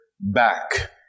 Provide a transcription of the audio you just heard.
back